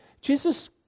Jesus